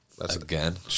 Again